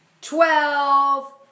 twelve